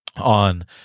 on